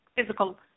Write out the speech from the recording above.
physical